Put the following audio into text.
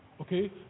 Okay